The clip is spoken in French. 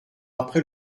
après